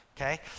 okay